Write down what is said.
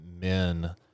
men